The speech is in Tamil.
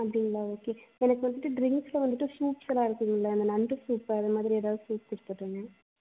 அப்படிங்களா ஓகே எனக்கு வந்துவிட்டு ட்ரிங்க்ஸில் வந்துவிட்டு சூப்ஸ் எல்லாம் இருக்குதுங்களா இந்த நண்டு சூப்பு அது மாதிரி ஏதாவது சூப்ஸ் கொடுத்துடுங்க